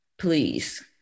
Please